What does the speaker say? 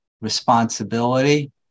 responsibility